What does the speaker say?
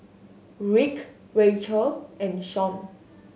Rick Racheal and Sean